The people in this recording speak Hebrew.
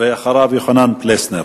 ואחריו, יוחנן פלסנר.